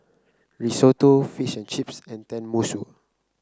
Risotto Fish and Chips and Tenmusu